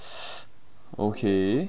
okay